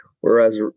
whereas